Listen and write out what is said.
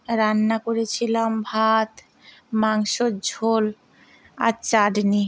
রান্না করেছিলাম ভাত মাংসর ঝোল আর চাটনি